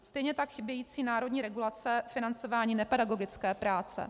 Stejně tak chybějící národní regulace financování nepedagogické práce.